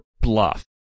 bluff